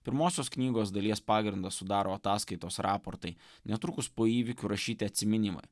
pirmosios knygos dalies pagrindą sudaro ataskaitos raportai netrukus po įvykių rašyti atsiminimai